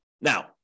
Now